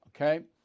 okay